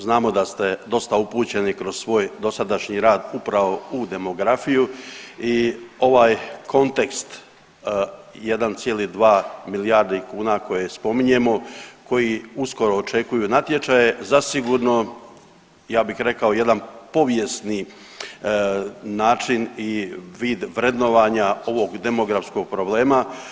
Znamo da ste dosta upućeni kroz svoj dosadašnji rad upravo u demografiju i ovaj kontekst 1,2 milijardi kuna koje spominjemo, koji uskoro očekuju natječaje zasigurno ja bih rekao jedan povijesni način i vid vrednovanja ovog demografskog problema.